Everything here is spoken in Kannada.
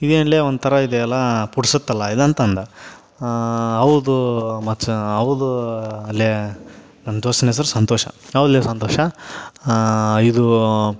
ಇದೇನು ಲೇ ಒಂಥರ ಇದೆ ಅಲ್ವ ಪುಟ್ಸುತ್ತಲ್ವ ಇದು ಅಂತ ಅಂದ ಹೌದು ಮಚ್ಚ ಹೌದು ಲೇ ನಮ್ಮ ದೋಸ್ತನ ಹೆಸರು ಸಂತೋಷ ಹೌದು ಲೇ ಸಂತೋಷ ಇದು